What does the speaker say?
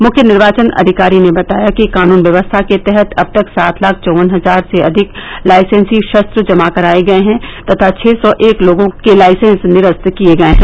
मुख्य निर्वाचन अधिकारी ने बताया कि कानून व्यवस्था के तहत अब तक सात लाख चौवन हजार से अधिक लाइसेन्सी शस्त्र जमा कराये गये हैं तथा छः सौ एक लोगों के लाइसेन्स निरस्त किये गये हैं